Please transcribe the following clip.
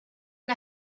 and